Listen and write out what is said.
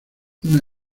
una